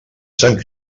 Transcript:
sant